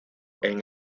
con